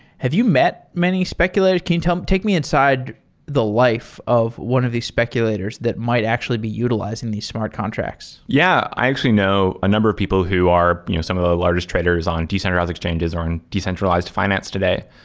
have you met many speculators? can you take me inside the life of one of the speculators that might actually be utilizing these smart contracts? yeah. i actually know a number of people who are you know some of the largest traders on decentralized exchanges or on decentralized fi nance today.